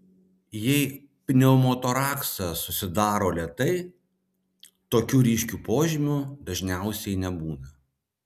jei pneumotoraksas susidaro lėtai tokių ryškių požymių dažniausiai nebūna